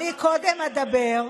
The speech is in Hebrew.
אני קודם אדבר.